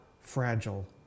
fragile